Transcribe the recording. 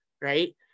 right